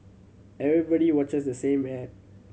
everybody watches the same ad